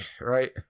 right